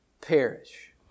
perish